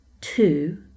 two